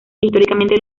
históricamente